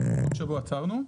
אמשיך מהמקום שבו עצרנו.